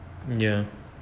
ya